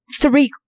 Three